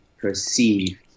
perceive